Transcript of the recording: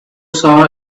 saw